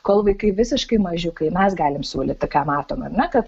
kol vaikai visiškai mažiukai mes galim siūlyti ką matom ar ne kad